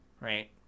Right